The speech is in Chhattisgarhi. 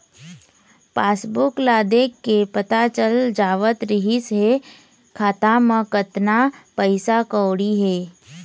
पासबूक ल देखके पता चल जावत रिहिस हे खाता म कतना पइसा कउड़ी हे